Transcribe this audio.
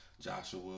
Joshua